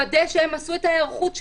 לוודא שהם עשו את ההיערכות שלהם.